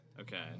Okay